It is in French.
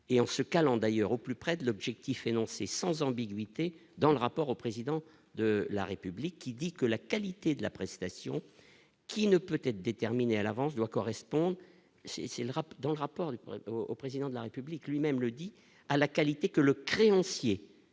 et en se calant d'ailleurs au plus près de l'objectif énoncé sans ambiguïté dans le rapport au président de la république qui dit que la qualité de la prestation qui ne peut être déterminée à l'avance doit correspondre, c'est le rap dans le rapport au président de la République lui-même le dit, à la qualité que le créancier